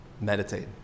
meditate